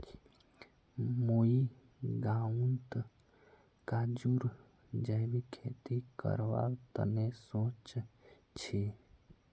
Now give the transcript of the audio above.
मुई गांउत काजूर जैविक खेती करवार तने सोच छि